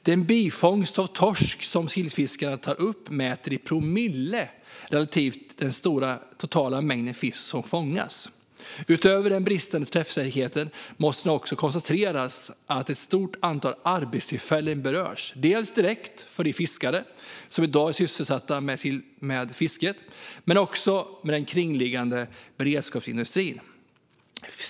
Den bifångst av torsk som sillfiskarna tar upp kan mätas i promille relativt den stora totala mängden fisk som fångas. Utöver den bristande träffsäkerheten måste det också konstateras att ett stort antal arbetstillfällen berörs, dels direkt för de fiskare som i dag är sysselsatta med fisket, dels inom kringliggande beredningsindustri.